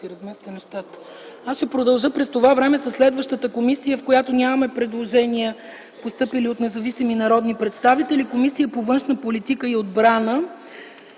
Ще продължа със следващата комисия, в която нямаме предложения, постъпили от независими народни представители. Комисия по външна политика и отбрана.